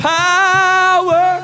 power